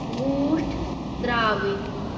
ووٗٹھ ترٛاوٕنۍ